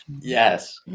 yes